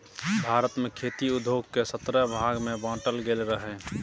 भारत मे खेती उद्योग केँ सतरह भाग मे बाँटल गेल रहय